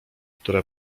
które